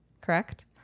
correct